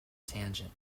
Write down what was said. tangent